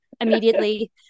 immediately